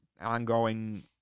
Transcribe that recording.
ongoing